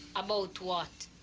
about what?